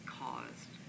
caused